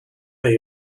they